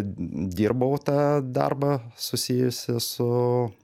dirbau tą darbą susijusį su